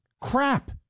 crap